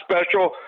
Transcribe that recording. special